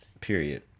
period